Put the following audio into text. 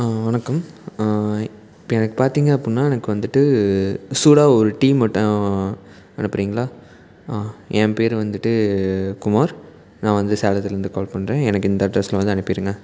வணக்கம் இப்போ எனக்கு பார்த்தீங்க அப்படின்னா எனக்கு வந்துட்டு சூடாக ஒரு டீ மட்டும் அனுப்புகிறீங்களா என் பேர் வந்துட்டு குமார் நான் வந்து சேலத்திலருந்து கால் பண்ணுறேன் எனக்கு இந்த அட்ரஸ்சில் வந்து அனுப்பிடுங்க